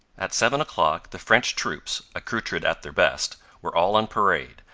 at seven o'clock the french troops, accoutred at their best, were all on parade,